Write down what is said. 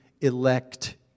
elect